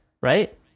right